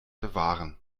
bewahren